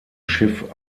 schiff